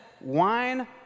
wine